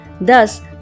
Thus